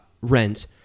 rent